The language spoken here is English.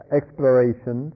exploration